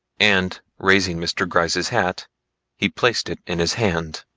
and raising mr. gryce's hat he placed it in his hand.